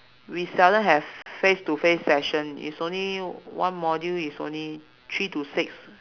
we seldom have face to face session is only one module is only three to six